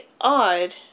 odd